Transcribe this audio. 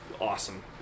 awesome